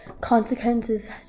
consequences